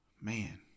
Man